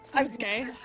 Okay